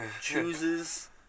chooses